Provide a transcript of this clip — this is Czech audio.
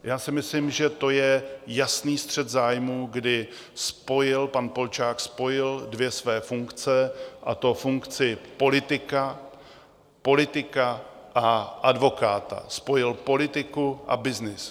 Já si myslím, že to je jasný střet zájmů, kdy pan Polčák spojil dvě své funkce, a to funkci politika a advokáta, spojil politiku a byznys.